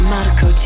Marco